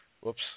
Whoops